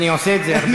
אני עושה את זה הרבה.